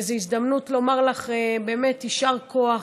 וזו הזדמנות לומר לך באמת יישר כוח